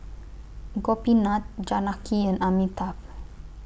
Gopinath Janaki and Amitabh